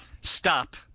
Stop